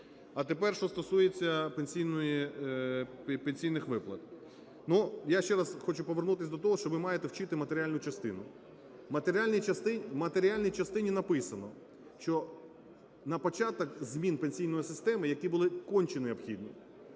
А тепер що стосується пенсійних виплат. Ну, я ще раз хочу повернутись до того, що ви маєте вчити матеріальну частину. В матеріальній частині написано, що на початок змін пенсійної системи, які були конче необхідні,